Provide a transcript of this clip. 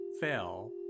fell